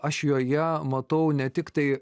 aš joje matau ne tik tai